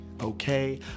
Okay